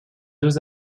deux